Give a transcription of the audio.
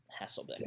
Hasselbeck